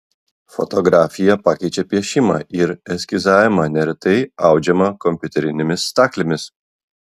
fotografija pakeičia piešimą ir eskizavimą neretai audžiama kompiuterinėmis staklėmis